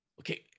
Okay